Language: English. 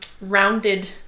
rounded